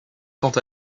quant